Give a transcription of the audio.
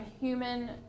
human